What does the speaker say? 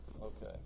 okay